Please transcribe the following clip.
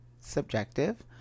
subjective